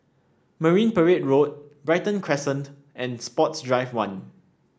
Marine Parade Road Brighton Crescent and Sports Drive One